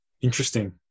Interesting